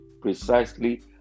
precisely